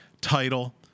title